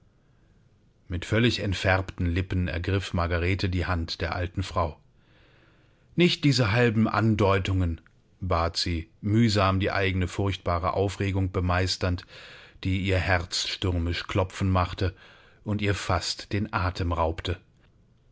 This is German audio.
mit völlig entfärbten lippen ergriff margarete die hand der alten frau nicht diese halben andeutungen bat sie mühsam die eigene furchtbare aufregung bemeisternd die ihr herz stürmisch klopfen machte und ihr fast den atem raubte